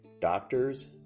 Doctors